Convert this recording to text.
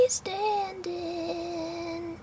standing